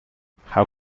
how